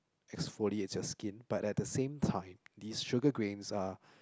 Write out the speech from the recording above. exfoliates your skin but at the same time these sugar grains are